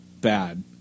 bad